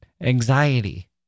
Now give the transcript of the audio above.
anxiety